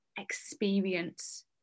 experience